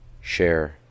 share